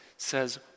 Says